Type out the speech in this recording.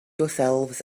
yourselves